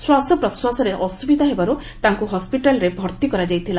ଶ୍ୱାସପ୍ରଶ୍ୱାସରେ ଅସୁବିଧା ହେବାରୁ ତାଙ୍କୁ ହସ୍କିଟାଲ୍ରେ ଭର୍ତ୍ତି କରାଯାଇଥିଲା